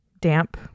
damp